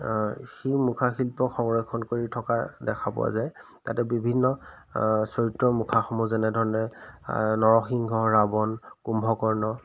সেই মুখাশিল্প সংৰক্ষণ কৰি থকা দেখা পোৱা যায় তাতে বিভিন্ন চৰিত্ৰৰ মুখাসমূহ যেনেধৰণে নৰসিংহ ৰাৱণ কুম্ভকৰ্ণ